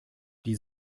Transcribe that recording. die